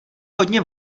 hodně